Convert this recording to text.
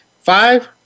Five